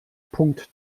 punkt